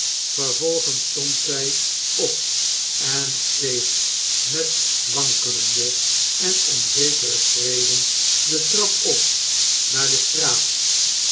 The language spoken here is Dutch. vervolgens stond zij op en steeg met wankelende en onzekere schreden de trap op naaide straat